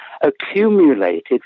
accumulated